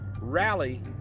rally